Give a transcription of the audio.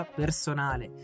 personale